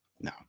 No